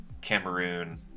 Cameroon